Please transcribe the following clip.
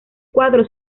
cuadro